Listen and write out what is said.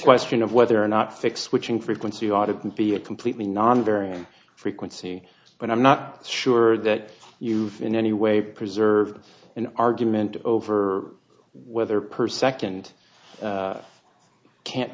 question of whether or not fix which in frequency ought to be a completely non varying frequency but i'm not sure that you in any way preserve an argument over whether per second can't